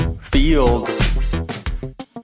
Field